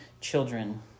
children